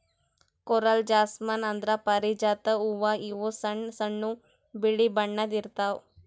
coral jasmine ಅಂದ್ರ ಪಾರಿಜಾತ ಹೂವಾ ಇವು ಸಣ್ಣ್ ಸಣ್ಣು ಬಿಳಿ ಬಣ್ಣದ್ ಇರ್ತವ್